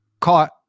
caught